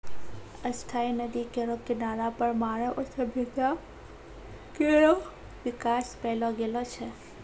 स्थायी नदी केरो किनारा पर मानव सभ्यता केरो बिकास पैलो गेलो छै